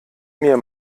mir